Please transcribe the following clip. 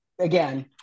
again